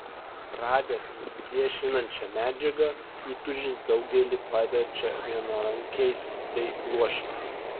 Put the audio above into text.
radęs nesipriešinančią medžiagą įtūžis daugelį paverčia vienarankiais bei luošiais